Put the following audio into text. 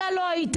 אתה לא היית,